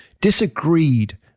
disagreed